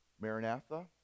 Maranatha